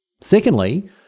Secondly